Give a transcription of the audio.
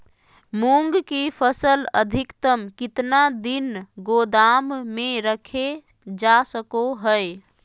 मूंग की फसल अधिकतम कितना दिन गोदाम में रखे जा सको हय?